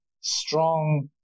strong